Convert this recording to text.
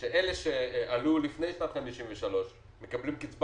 שאלה שעלו לפני שנת 1953 מקבלים קצבה